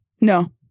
No